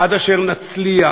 עד אשר נצליח,